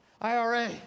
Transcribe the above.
IRA